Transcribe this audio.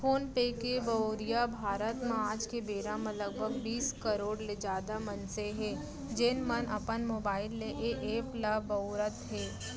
phone पे के बउरइया भारत म आज के बेरा म लगभग बीस करोड़ ले जादा मनसे हें, जेन मन अपन मोबाइल ले ए एप ल बउरत हें